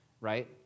right